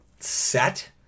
Set